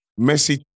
Messi